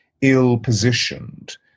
ill-positioned